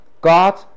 God